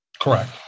Correct